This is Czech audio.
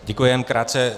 Děkuji, jen krátce.